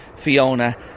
Fiona